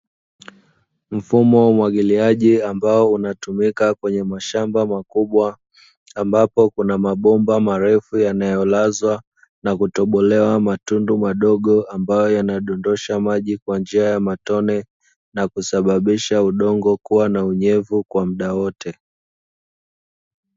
Mfumo wa umwagiliaji ambao unatumika kwenye mashamba makubwa, ambapo kuna mabomba marefu yanayolazwa na kutobolewa matundu madogo, ambayo yanadondosha maji kwa njia ya matone na kusababisha udongo kuwa na unyevu kwa muda wote.